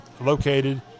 located